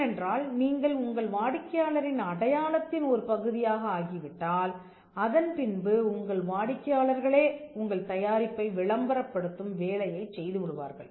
ஏனென்றால் நீங்கள் உங்கள் வாடிக்கையாளரின் அடையாளத்தின் ஒரு பகுதியாக ஆகி விட்டால் அதன்பின்பு உங்கள் வாடிக்கையாளர்களே உங்கள் தயாரிப்பை விளம்பரப்படுத்தும் வேலையை செய்து விடுவார்கள்